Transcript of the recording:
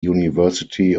university